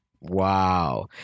Wow